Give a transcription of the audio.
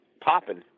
popping